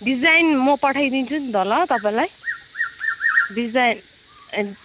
design म पठाइदिन्छु नि त ल तपाईँलाई डिजाइन ए